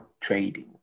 trading